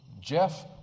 Jeff